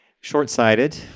Short-sighted